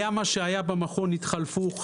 היה מה שהיה במכון, התחלפו האנשים.